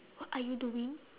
what are you doing